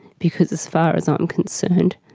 because as far as i'm concerned,